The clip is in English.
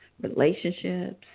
relationships